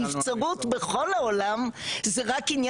הזקוקים לטיפול רפואי,